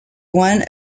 one